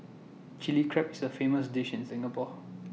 Chilli Crab is A famous dish in Singapore